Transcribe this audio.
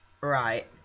Right